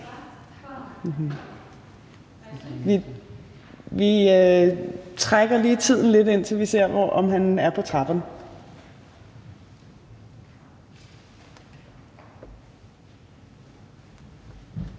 Vi trækker lige tiden lidt og ser, om han er på trapperne.